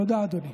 תודה, אדוני.